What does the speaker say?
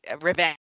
revenge